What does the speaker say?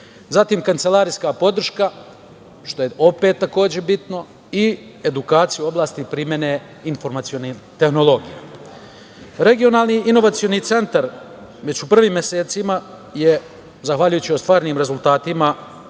Zatim, kancelarijska podrška, što je opet takođe bitno i edukacija u oblasti primene informacionih tehnologija. Regionalni inovacioni centar već u prvim mesecima je, zahvaljujući ostvarenim rezultatima,